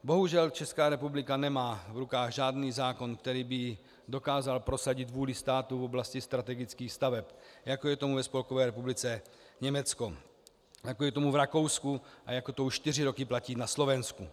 Bohužel Česká republika nemá v rukách žádný zákon, který by dokázal prosadit vůli státu v oblasti strategických staveb, jako je tomu ve Spolkové republice Německo, jako je tomu v Rakousku a jako to už čtyři roky platí na Slovensku.